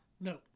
No